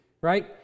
right